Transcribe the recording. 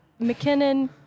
McKinnon